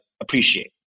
appreciate